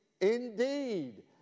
indeed